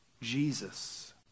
Jesus